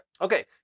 okay